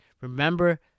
Remember